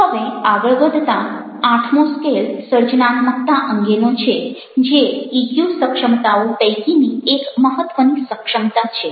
હવે આગળ વધતાં આઠમો સ્કેલ સર્જનાત્મકતા અંગેનો છે જે ઇક્યુ સક્ષમતાઓ પૈકીની એક મહત્વની સક્ષમતા છે